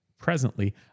presently